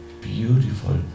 beautiful